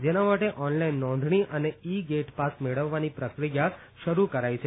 જેના માટે ઓનલાઇન નોંધણી અને ઇ ગેટ પાસ મેળવવાની પ્રક્રિયા શરૂ કરાઇ છે